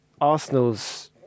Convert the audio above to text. Arsenal's